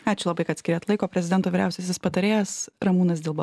ačiū labai kad skyrėt laiko prezidento vyriausiasis patarėjas ramūnas dilba